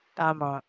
tama